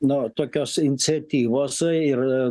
nuo tokios iniciatyvos ir